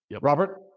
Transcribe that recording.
Robert